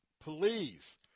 Please